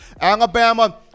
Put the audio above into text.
Alabama